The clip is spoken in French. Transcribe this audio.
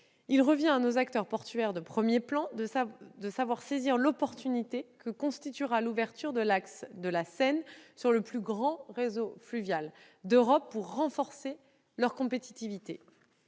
Il revient à nos acteurs portuaires de premier plan de saisir l'occasion que constituera l'ouverture de l'axe de la Seine sur le plus grand réseau fluvial d'Europe pour renforcer leur compétitivité.